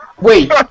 Wait